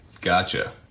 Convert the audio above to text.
gotcha